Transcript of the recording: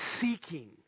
seeking